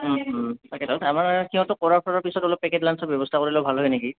তাকেতো আমাৰ সিহঁতৰ কৰা চৰাৰ পিছত অলপ পেকেট লাঞ্চৰ ব্যৱস্থা কৰিলে ভাল হয় নেকি